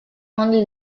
only